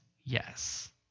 yes